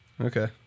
Okay